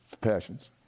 passions